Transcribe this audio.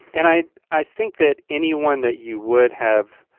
and i i think that anyone that you would have